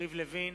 יריב לוין,